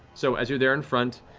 so as you're there in front,